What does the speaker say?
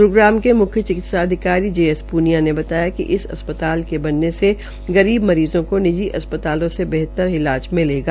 ग्रूग्राम के म्ख्य चिकित्सा अधिकारी जे एस पूनिया ने बताया कि इस अस्पताल के बनने से गरीब मरीजों को निजी अस्पताल से बेहतर इलाज मिलेगा